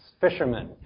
fishermen